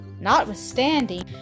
Notwithstanding